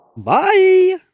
Bye